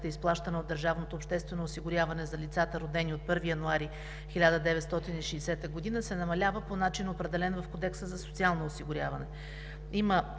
изплащана от държавното обществено осигуряване за лицата, родени от 1 януари 1960 г., се намалява по начин, определен в Кодекса за социално осигуряване.